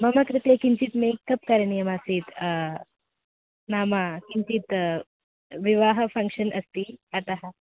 मम कृते किञ्चित् मेकप् करणीयम् आसीत् नाम किञ्चित् विवाहफ़न्क्षन् अस्ति अतः